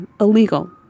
illegal